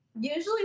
Usually